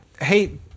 Hey